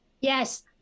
Yes